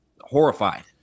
horrified